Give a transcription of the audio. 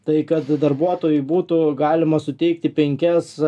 tai kad darbuotojui būtų galima suteikti penkias